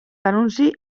anunci